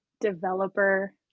developer